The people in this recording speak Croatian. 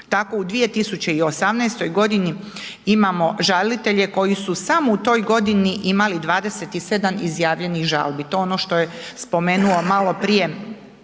Tako u 2018. godini imamo žalitelje koji su samo u toj godini imali 27 izjavljenih žalbi. To je ono što je spomenuo maloprije